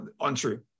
untrue